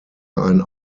ein